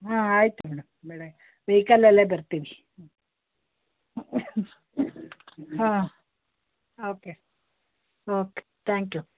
ಹಾಂ ಆಯಿತು ಮೇಡಮ್ ಬೆಳಗ್ಗೆ ವೆಯ್ಕಲಲ್ಲೇ ಬರ್ತೀವಿ ಹ್ಞೂ ಹಾಂ ಓಕೆ ಓಕೆ ತ್ಯಾಂಕ್ ಯು